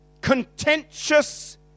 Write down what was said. contentious